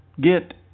get